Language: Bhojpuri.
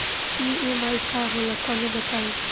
ई.एम.आई का होला तनि बताई?